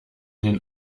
den